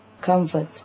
comfort